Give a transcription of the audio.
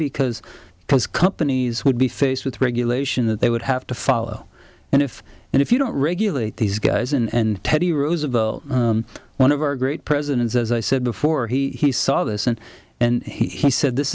because companies would be faced with regulation that they would have to follow and if and if you don't regulate these guys and teddy roosevelt one of our great presidents as i said before he saw this and and he said this